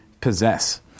possess